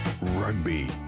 Rugby